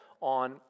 on